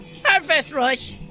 harfest rush.